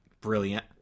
Brilliant